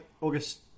August